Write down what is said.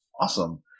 Awesome